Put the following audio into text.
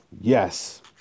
yes